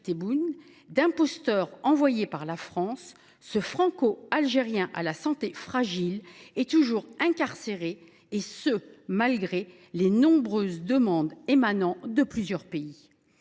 d’imposteur envoyé par la France, ce Franco Algérien à la santé fragile est toujours incarcéré, malgré les nombreuses demandes émanant de plusieurs pays.